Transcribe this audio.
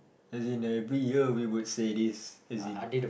as in every year we would say this as in